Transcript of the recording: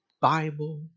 Bible